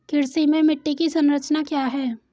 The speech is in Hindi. कृषि में मिट्टी की संरचना क्या है?